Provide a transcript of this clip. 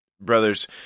brothers